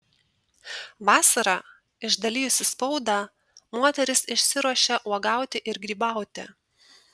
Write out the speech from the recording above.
vasarą išdalijusi spaudą moteris išsiruošia uogauti ir grybauti